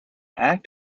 act